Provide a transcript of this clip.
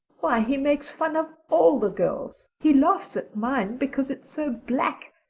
why, he makes fun of all the girls. he laughs at mine because it's so black.